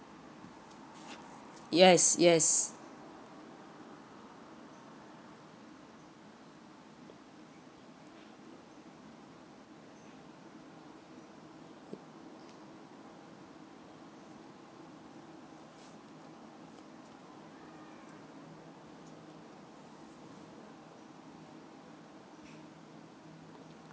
yes yes